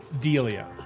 Delia